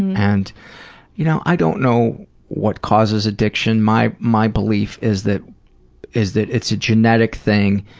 and you know i don't know what causes addiction. my my belief is that is that it's a genetic thing,